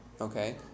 Okay